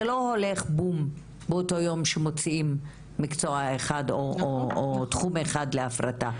לא הולך ב"בום" כשמוציאים מקצוע אחד או תחום אחד להפרטה,